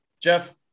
Jeff